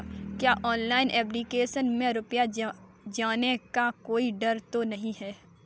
क्या online application में रुपया जाने का कोई डर तो नही है?